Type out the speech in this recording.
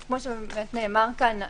כמו שנאמר כאן,